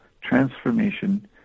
transformation